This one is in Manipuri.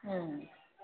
ꯎꯝ